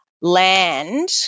land